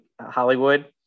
Hollywood